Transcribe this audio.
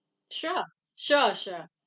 sure sure sure